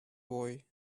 boy